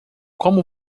como